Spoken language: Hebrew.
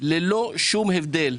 לא משנה אם הוא ליטאי, אם הוא ספרדי,